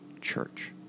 church